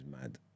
mad